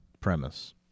premise